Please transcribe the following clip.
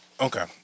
Okay